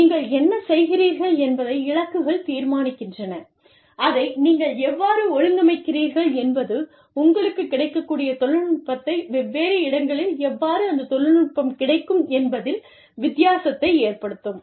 நீங்கள் என்ன செய்கிறீர்கள் என்பதை இலக்குகள் தீர்மானிக்கின்றன அதை நீங்கள் எவ்வாறு ஒழுங்கமைக்கிறீர்கள் என்பது உங்களுக்கு கிடைக்கக்கூடிய தொழில்நுட்பத்தை வெவ்வேறு இடங்களில் எவ்வாறு அந்த தொழில்நுட்பம் கிடைக்கும் என்பதில் வித்தியாசத்தை ஏற்படுத்தும்